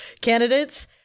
candidates